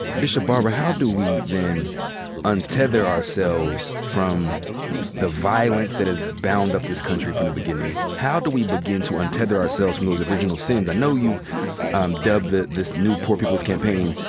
bishop barber, how do we then untether ourselves from the violence that has bound up this country from the beginning? how do we begin to untether ourselves from those original sins? i know you've dubbed this new poor people's campaign,